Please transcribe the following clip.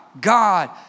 God